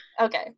Okay